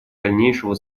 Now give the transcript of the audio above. дальнейшего